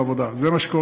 הם לא מגיעים לעבודה.